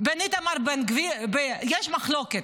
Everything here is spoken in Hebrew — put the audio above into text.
יש מחלוקת,